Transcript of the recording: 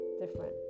different